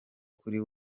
kuri